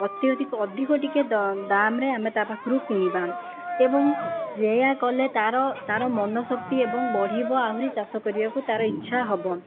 ଅତ୍ୟଧିକ ଅଧିକ ଟିକିଏ ଦାମ୍ରେ ଆମେ ତା' ପାଖରୁ କିଣିବା ଏବଂ ସେଇଆ କଲେ ତା'ର ତା'ର ମନଶକ୍ତି ଏବଂ ବଢ଼ିବ ଆହୁରି ଚାଷ କରିବାକୁ ତା'ର ଇଚ୍ଛା ହେବ